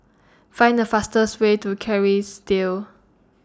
Find The fastest Way to Kerrisdale